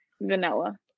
vanilla